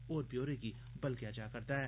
होर ब्यौरे गी बलगेआ जा'रदा ऐ